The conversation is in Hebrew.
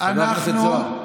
חבר הכנסת זוהר.